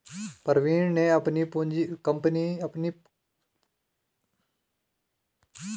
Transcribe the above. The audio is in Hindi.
प्रवीण ने अपनी कंपनी की शेयर पूंजी का हिसाब लगाया